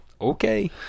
Okay